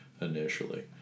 initially